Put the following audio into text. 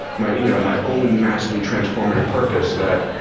my you know my own massively transformative purpose that